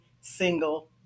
single